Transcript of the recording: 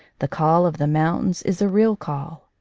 the call of the mountains is a real call.